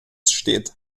steht